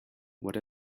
what